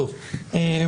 בסדר.